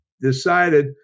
decided